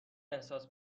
احساس